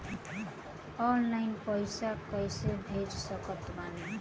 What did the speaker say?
Online पैसा कैसे भेज सकत बानी?